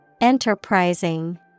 Enterprising